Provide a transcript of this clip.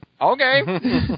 Okay